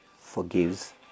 forgives